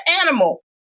animal